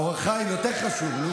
אור החיים יותר חשוב.